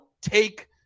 take